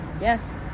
Yes